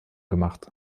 gemacht